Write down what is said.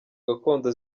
gakondo